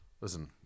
Listen